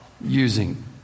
using